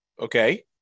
Okay